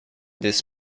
this